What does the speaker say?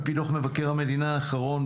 על פי דוח מבקר המדינה האחרון,